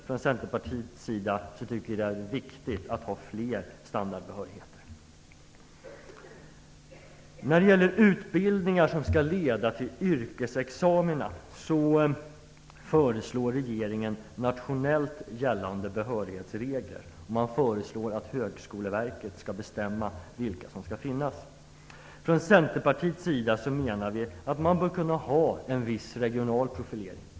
Vi i Centerpartiet anser att det är viktigt att ha fler standardbehörigheter. När det gäller utbildningar som skall leda till yrkesexamina föreslår regeringen nationellt gällande behörighetsregler. Man föreslår att Högskoleverket skall bestämma vilka som skall finnas. Vi i Centerpartiet menar att man bör kunna ha en viss regional profilering.